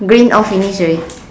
green all finish already